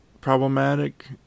problematic